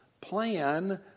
plan